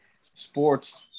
sports